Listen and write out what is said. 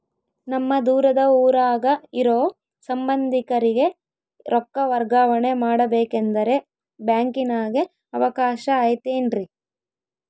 ನಮ್ಮ ದೂರದ ಊರಾಗ ಇರೋ ಸಂಬಂಧಿಕರಿಗೆ ರೊಕ್ಕ ವರ್ಗಾವಣೆ ಮಾಡಬೇಕೆಂದರೆ ಬ್ಯಾಂಕಿನಾಗೆ ಅವಕಾಶ ಐತೇನ್ರಿ?